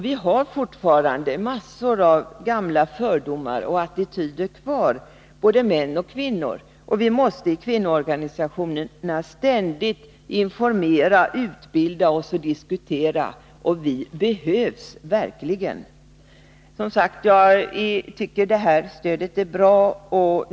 Vi har fortfarande massor av gamla fördomar och attityder kvar, både män och kvinnor, och vi måste i kvinnoorganisationerna ständigt informera, utbilda oss, diskutera. Vi behövs verkligen. Som sagt: Jag tycker att stödet är bra.